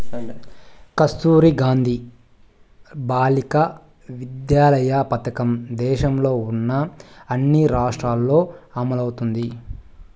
కస్తుర్బా గాంధీ బాలికా విద్యాలయ పథకం దేశంలో ఉన్న అన్ని రాష్ట్రాల్లో అమలవుతోంది